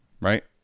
right